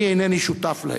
אני אינני שותף להם.